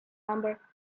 number